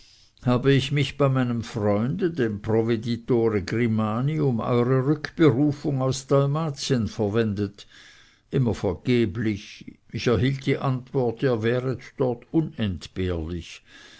hab ich mich bei meinem freunde dem provveditore grimani um eure rückberufung aus dalmatien verwendet immer vergeblich ich erhielt die antwort ihr wäret dort unentbehrlich